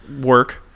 work